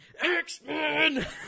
X-Men